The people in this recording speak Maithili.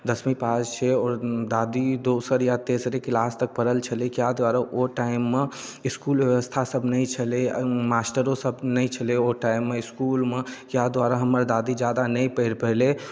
दसमी पास छै आओर दादी दोसर या तेसरे किलास तक पढ़ल छलैए किएक दुआरे ओहि टाइममे इसकुल बेबस्था सब नहि छलै मास्टरोसब नहि छलै ओहि टाइममे इसकुलमे इएह दुआरे हमर दादी ज्यादा नहि पढ़ि पेलै